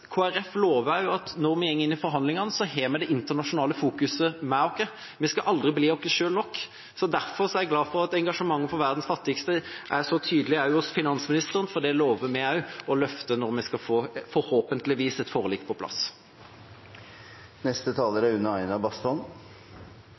lover også at når vi går inn i forhandlingene, har vi det internasjonale fokuset med oss. Vi skal aldri bli oss selv nok. Derfor er jeg glad for at engasjementet for verdens fattigste er så tydelig også hos finansministeren, for det lover vi også å løfte når vi – forhåpentligvis – skal få et forlik på plass.